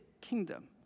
kingdom